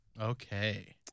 Okay